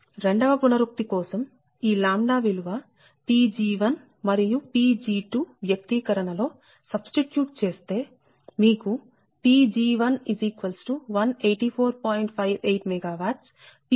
రెండవ పునరుక్తి కోసం ఈ విలువ Pg1 మరియు Pg2 వ్యక్తీకరణ లో సబ్స్టిట్యూట్ చేస్తే మీకు Pg1184